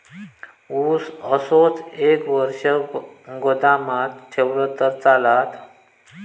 ऊस असोच एक वर्ष गोदामात ठेवलंय तर चालात?